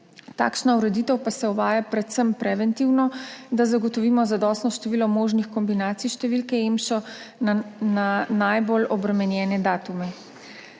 takšna ureditev pa se uvaja predvsem preventivno, da zagotovimo zadostno število možnih kombinacij številke EMŠO na najbolj obremenjene datume.